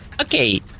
Okay